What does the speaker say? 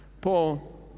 Paul